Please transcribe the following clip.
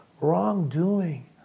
wrongdoing